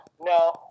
no